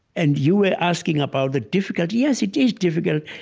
and you were asking about the difficulty. yes, it is difficult.